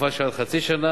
לתקופה של עד חצי שנה,